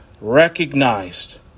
recognized